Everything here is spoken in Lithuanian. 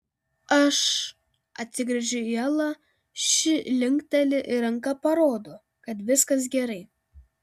aš atsigręžiu į elą ši linkteli ir ranka parodo kad viskas gerai